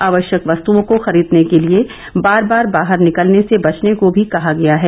आवश्यक वस्तुओं को खरीदने के लिए बार बार बाहर निकलने से बचने को भी कहा गया है